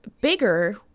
bigger